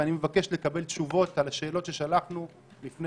ואני מבקש לקבל תשובות על השאלות ששלחנו לפני